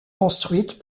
construites